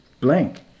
blank